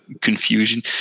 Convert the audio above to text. confusion